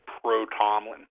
pro-Tomlin